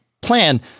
plan